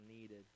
needed